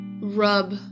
rub